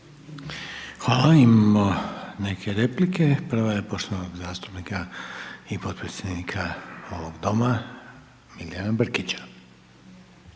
Hvala, imamo neke replike. Prva je poštovanog zastupnika i podpredsjednika ovog doma Milijana Brkića.